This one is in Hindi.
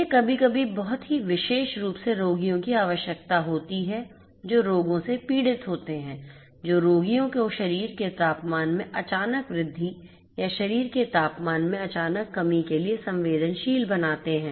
यह कभी कभी बहुत ही विशेष रूप से रोगियों की आवश्यकता होती है जो रोगों से पीड़ित होते हैं जो रोगियों को शरीर के तापमान में अचानक वृद्धि या शरीर के तापमान में अचानक कमी के लिए संवेदनशील बनाते हैं